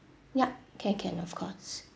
ya can can of course